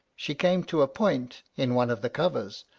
she came to a point in one of the covers,